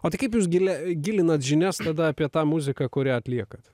o tai kaip jūs gili gilinat žinias tada apie tą muziką kurią atliekat